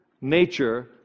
nature